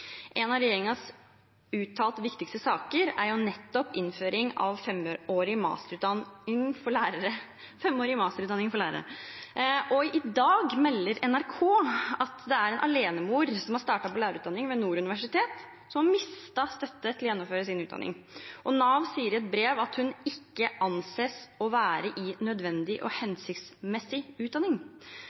En av regjeringens uttalt viktigste saker er nettopp innføring av en femårig masterutdanning for lærere, og i dag melder NRK at det er en alenemor som har startet på lærerutdanningen ved Nord universitet som har mistet støtte til å gjennomføre sin utdanning. Nav sier i et brev at hun ikke anses å være i nødvendig og hensiktsmessig utdanning.